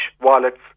wallets